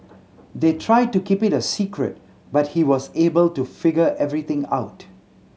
they tried to keep it a secret but he was able to figure everything out